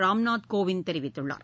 ராம்நாத் கோவிந்த் தெரிவித்துள்ளார்